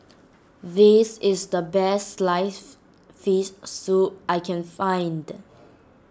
this is the Best Sliced Fish Soup I can find